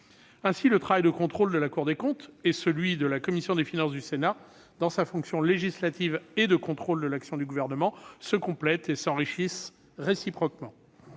le travail de contrôle de la Cour des comptes et celui de la commission des finances du Sénat, dans sa fonction législative et de contrôle de l'action du Gouvernement, se complètent et s'enrichissent réciproquement.